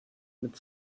mit